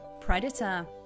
Predator